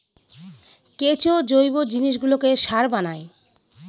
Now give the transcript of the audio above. কেঁচো জৈব জিনিসগুলোকে সার বানায়